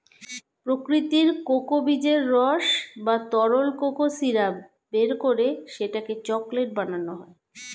প্রাকৃতিক কোকো বীজের রস বা তরল কোকো সিরাপ বের করে সেটাকে চকলেট বানানো হয়